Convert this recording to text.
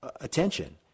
attention